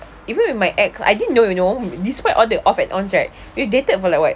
even with my ex I didn't know you know despite all the off and ons right we dated for like what